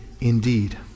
indeed